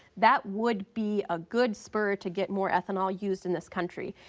that would be a good spur to get more ethanol used in this country.